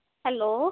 hello